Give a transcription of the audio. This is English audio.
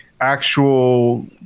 actual